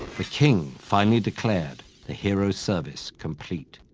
the king finally declared the hero's service complete.